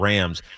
Rams